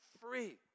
free